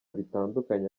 bitandukanye